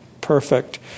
perfect